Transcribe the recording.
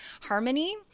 Harmony